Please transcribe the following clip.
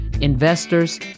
investors